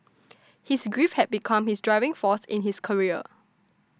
his grief had become his driving force in his career